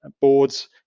boards